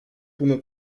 bunu